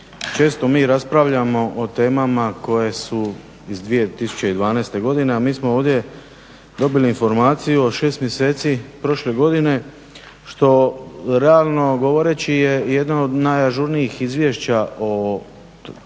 često mi raspravljamo o temama koje su iz 2012.godine a mi smo ovdje dobili informaciju o 6 mjeseci prošle godine što realno govoreći je jedan od najažurnijih izvješća o nečemu